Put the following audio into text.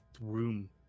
room